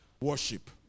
worship